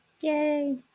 Yay